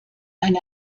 eine